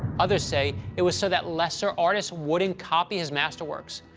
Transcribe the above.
others say it was so that lesser artists wouldn't copy his masterworks.